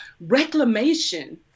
reclamation